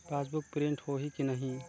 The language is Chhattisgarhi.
पासबुक प्रिंट होही कि नहीं?